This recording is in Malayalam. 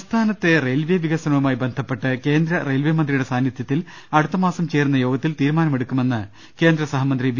സംസ്ഥാനത്തെ റെയിൽവേ വികസനവുമായി ബന്ധപ്പെട്ട് കേന്ദ്ര റെയിൽവേ മന്ത്രിയുടെ സാന്നിധൃത്തിൽ അടുത്തമാസം ചേരുന്ന യോഗ ത്തിൽ തീരുമാനമെടുക്കുമെന്ന് കേന്ദ്ര സഹമന്ത്രി വി